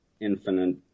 infinite